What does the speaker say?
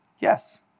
yes